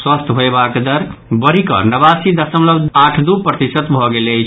स्वस्थ होयबाक दर बढ़ि कऽ नवासी दशमलव आठ दू प्रतिशत भऽ गेल अछि